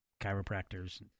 chiropractors